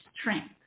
strength